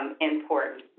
important